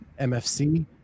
mfc